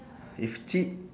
if cheap